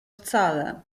wcale